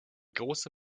große